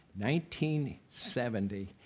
1970